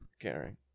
caring